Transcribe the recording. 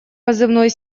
позывной